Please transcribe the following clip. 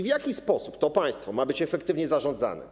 W jaki sposób to państwo ma być efektywnie zarządzane?